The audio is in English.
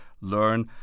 learn